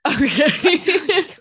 okay